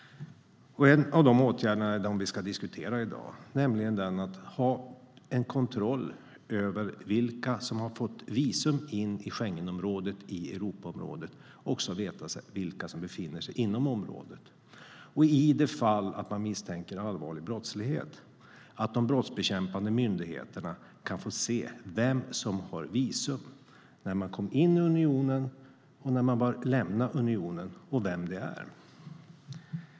En av de åtgärderna är den vi ska diskutera i dag, nämligen den att ha kontroll över vilka som har fått visum in i Schengenområdet, i Europaområdet, och att veta vilka som befinner sig inom området. I det fall att man misstänker allvarlig brottslighet ska de brottsbekämpande myndigheterna kunna se vilka som har visum, när de kom in i unionen, när de bör lämna unionen och vilka de är.